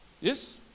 Yes